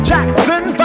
Jackson